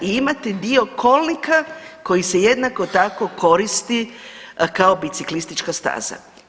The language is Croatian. I imate dio kolnika koji se jednako tako koristi kao biciklistička staza.